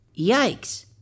Yikes